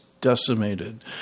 decimated